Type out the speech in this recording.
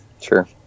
Sure